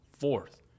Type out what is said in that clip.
fourth